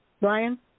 Brian